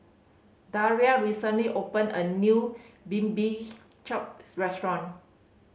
Daria recently opened a new restaurant